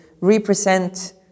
represent